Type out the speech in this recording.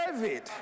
David